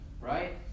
Right